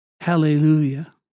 Hallelujah